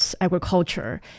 agriculture